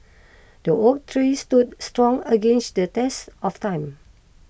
the oak tree stood strong against the test of time